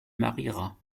mariera